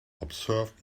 observed